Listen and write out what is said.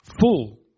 full